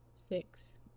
Six